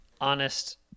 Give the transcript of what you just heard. honest